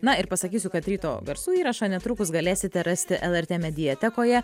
na ir pasakysiu kad ryto garsų įrašą netrukus galėsite rasti lrt mediatekoje